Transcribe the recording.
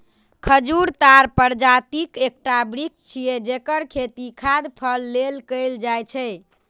खजूर ताड़ प्रजातिक एकटा वृक्ष छियै, जेकर खेती खाद्य फल लेल कैल जाइ छै